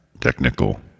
technical